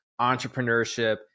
entrepreneurship